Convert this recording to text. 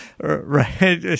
right